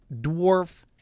dwarf